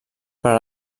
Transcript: per